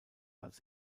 als